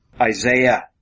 Isaiah